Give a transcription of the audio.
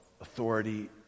authority